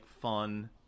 fun